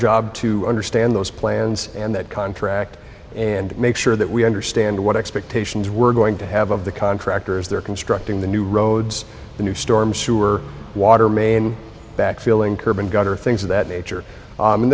job to understand those plans and that contract and make sure that we understand what expectations we're going to have of the contractors they're constructing the new roads the new storm sewer water main backfilling curb and things of that nature